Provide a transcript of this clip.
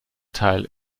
teil